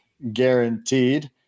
Guaranteed